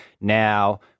Now